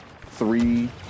three